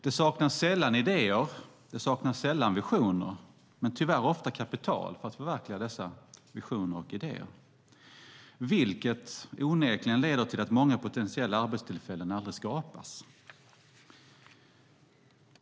Det saknas sällan idéer, det saknas sällan visioner, men tyvärr ofta kapital för att förverkliga dessa visioner och idéer, vilket onekligen leder till att många potentiella arbetstillfällen aldrig skapas.